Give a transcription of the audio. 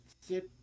sit